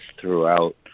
throughout